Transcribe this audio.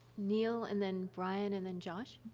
neil and then brian and then josh.